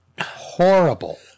horrible